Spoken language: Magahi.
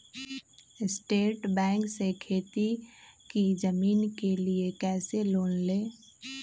स्टेट बैंक से खेती की जमीन के लिए कैसे लोन ले?